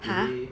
today